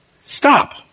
Stop